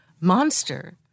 monster